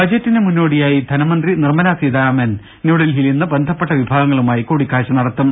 ബജറ്റിന് മുന്നോടിയായി ധനമന്ത്രി നിർമലാസീതാരാമൻ ന്യൂഡൽഹിയിൽ ഇന്ന് ബന്ധപ്പെട്ട വിഭാഗങ്ങളുമായി കൂടിക്കാഴ്ച നടത്തും